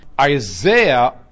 Isaiah